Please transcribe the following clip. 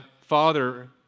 father